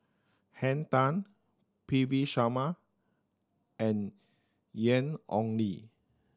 Henn Tan P V Sharma and Ian Ong Li